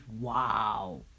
Wow